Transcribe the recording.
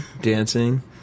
dancing